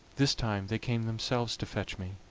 this time they came themselves to fetch me,